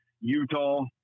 utah